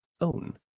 own